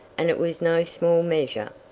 and it was no small measure.